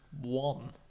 one